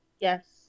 Yes